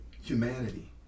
humanity